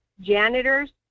janitors